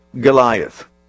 Goliath